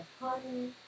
honey